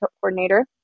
coordinator